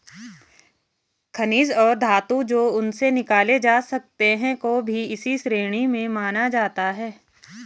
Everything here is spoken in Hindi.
खनिज और धातु जो उनसे निकाले जा सकते हैं को भी इसी श्रेणी में माना जाता है